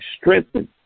strengthened